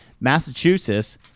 Massachusetts